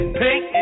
paint